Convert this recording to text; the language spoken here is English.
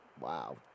Wow